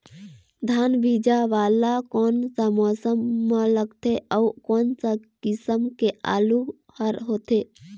धान बीजा वाला कोन सा मौसम म लगथे अउ कोन सा किसम के आलू हर होथे?